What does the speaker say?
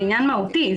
זה עניין מהותי.